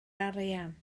arian